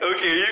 Okay